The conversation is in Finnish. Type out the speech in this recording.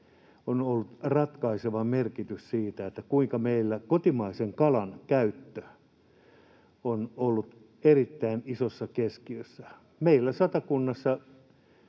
on ollut ratkaiseva merkitys siinä, kuinka meillä kotimaisen kalan käyttö on ollut erittäin isossa keskiössä. Meillä Satakunnassa